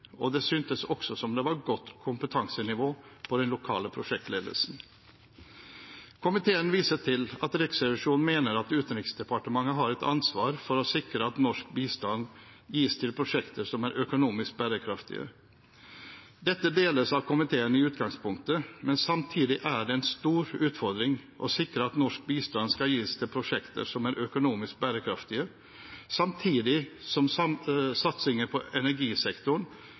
og det syntes også som det var godt kompetansenivå på den lokale prosjektledelsen. Komiteen viser til at Riksrevisjonen mener at Utenriksdepartementet har et ansvar for å sikre at norsk bistand gis til prosjekter som er økonomisk bærekraftige. Dette deles av komiteen i utgangspunktet, men samtidig er det en stor utfordring å sikre at norsk bistand skal gis til prosjekter som er økonomisk bærekraftige, samtidig som satsingen på energisektoren